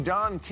Don